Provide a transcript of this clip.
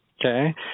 okay